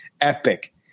epic